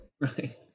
Right